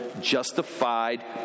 justified